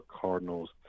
Cardinals